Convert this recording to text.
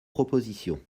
propositions